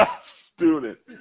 students